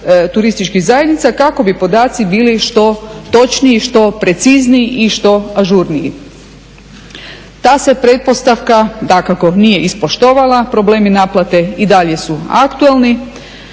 turističkih zajednica kako bi podaci bili što točniji, što precizniji i što ažurniji. Ta se pretpostavka dakako nije ispoštovala, problemi naplate i dalje su aktualni,